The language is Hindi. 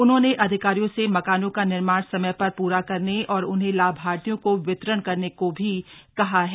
उन्होंने अधिकारियों से मकानों का निर्माण समय पर पूरा करने और उन्हें लाभार्थियों को वितरण करने को भी कहा है